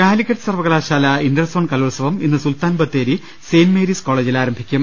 കാലിക്കറ്റ് സർവകലാശാല ഇന്റർസോൺ കലോത്സവം ഇന്ന് സുൽത്താൻ ബത്തേരി സെന്റ് മേരീസ് കോളജിൽ ആരംഭിക്കും